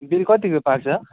bill कतिको पाएको छ